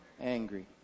angry